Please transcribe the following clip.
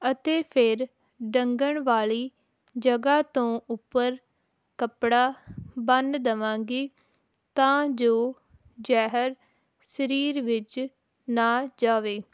ਅਤੇ ਫਿਰ ਡੰਗਣ ਵਾਲੀ ਜਗ੍ਹਾ ਤੋਂ ਉੱਪਰ ਕੱਪੜਾ ਬੰਨ ਦੇਵਾਂਗੀ ਤਾਂ ਜੋ ਜਹਿਰ ਸਰੀਰ ਵਿੱਚ ਨਾ ਜਾਵੇ